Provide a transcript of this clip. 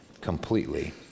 completely